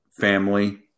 family